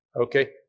Okay